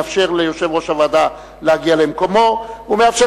מאפשר ליושב-ראש הוועדה להגיע למקומו ומאפשר